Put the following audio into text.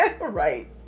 Right